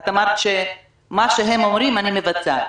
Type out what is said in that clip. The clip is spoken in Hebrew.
את אמרת שמה שהם אומרים אני מבצעת.